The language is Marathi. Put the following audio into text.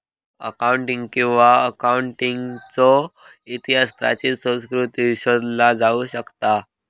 अकाऊंटिंग किंवा अकाउंटन्सीचो इतिहास प्राचीन संस्कृतींत शोधला जाऊ शकता